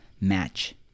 match